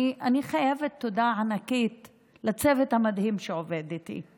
אני חייבת תודה ענקית לצוות המדהים שעובד איתי,